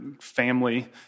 family